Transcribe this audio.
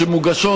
שמוגשות,